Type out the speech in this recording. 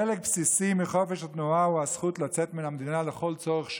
חלק בסיסי מחופש התנועה הוא הזכות לצאת מהמדינה לכל צורך שהוא.